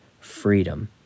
freedom